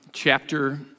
chapter